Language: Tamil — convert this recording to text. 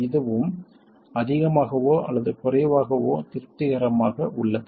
இதுவும் அதிகமாகவோ அல்லது குறைவாகவோ திருப்திகரமாக உள்ளது